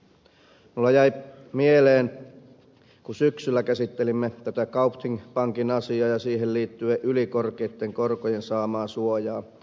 minulla jäi mieleen se kun syksyllä käsittelimme tätä kaupthing pankin asiaa ja siihen liittyen ylikorkeitten korkojen saamaa suojaa